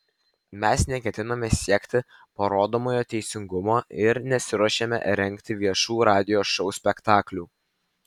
mes neketiname siekti parodomojo teisingumo ir nesiruošiame rengti viešų radijo šou spektaklių